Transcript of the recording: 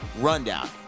Rundown